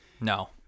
No